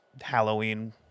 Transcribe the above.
Halloween